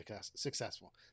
successful